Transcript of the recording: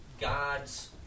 God's